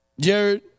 Jared